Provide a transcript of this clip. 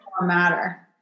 Matter